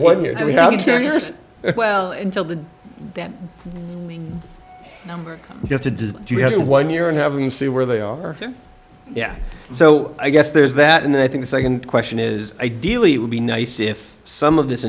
us well until the number you have to do is you have one year and haven't see where they are yeah so i guess there's that and then i think the second question is ideally it would be nice if some of this